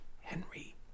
Henry